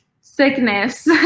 sickness